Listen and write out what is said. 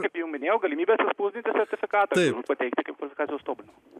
kai jau minėjau galimybė atsispausdinti sertifikatą ir pateikti kaip kvalifikacijos tobulinimą